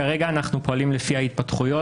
כרגע אנחנו פועלים לפי ההתפתחויות.